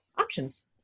options